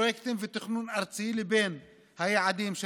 פרויקטים ותכנון ארצי לבין היעדים של